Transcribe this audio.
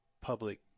public